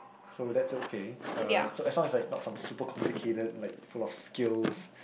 so that's okay uh so as long as like not some super complicated like full of skills